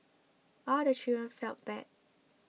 all the children felt bad